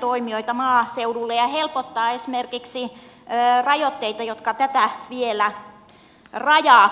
toimijoita maaseudulle ja helpottaa esimerkiksi rajoitteita jotka tätä vielä rajaavat